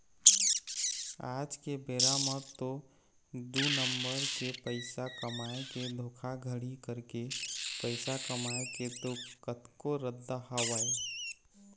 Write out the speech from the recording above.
आज के बेरा म तो दू नंबर के पइसा कमाए के धोखाघड़ी करके पइसा कमाए के तो कतको रद्दा हवय